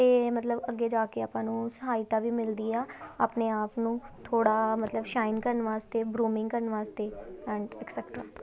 ਅਤੇ ਮਤਲਬ ਅੱਗੇ ਜਾ ਕੇ ਆਪਾਂ ਨੂੰ ਸਹਾਇਤਾ ਵੀ ਮਿਲਦੀ ਆ ਆਪਣੇ ਆਪ ਨੂੰ ਥੋੜ੍ਹਾ ਮਤਲਬ ਸ਼ਾਈਨ ਕਰਨ ਵਾਸਤੇ ਬਰੂਮਿੰਗ ਕਰਨ ਵਾਸਤੇ ਐਂਡ ਐਕਸੈਕਟ੍ਰਾ